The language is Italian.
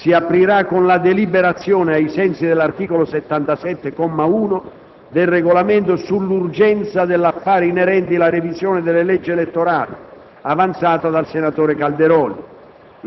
si aprirà con la deliberazione, ai sensi dell'articolo 77, comma 1, del Regolamento, sull'urgenza dell'affare inerente la revisione delle leggi elettorali, avanzata dal senatore Calderoli.